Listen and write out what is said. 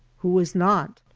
who is not?